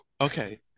okay